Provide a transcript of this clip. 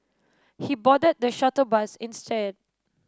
he boarded the shuttle bus instead